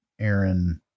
Aaron